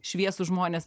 šviesūs žmonės